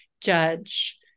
judge